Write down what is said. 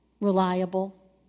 reliable